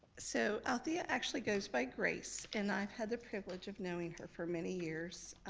so althea actually goes by grace, and i've had the privilege of knowing her for many years,